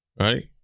right